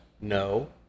No